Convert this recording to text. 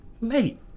mate